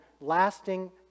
lasting